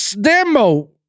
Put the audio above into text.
demo